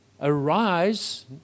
arise